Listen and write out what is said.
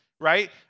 Right